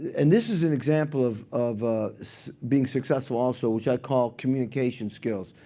and this is an example of of being successful also, which i call communication skills,